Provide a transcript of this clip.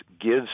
gives